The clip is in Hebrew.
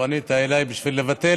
פנית אליי בשביל לבטל,